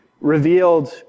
revealed